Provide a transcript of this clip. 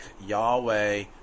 Yahweh